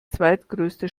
zweitgrößte